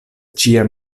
ĉiam